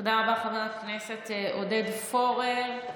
תודה רבה, חבר הכנסת עודד פורר.